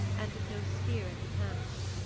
and with no spear in his hands.